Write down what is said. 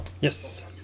Yes